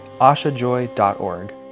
ashajoy.org